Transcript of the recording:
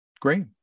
great